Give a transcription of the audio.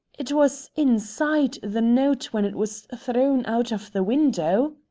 it was inside the note when it was thrown out of the window.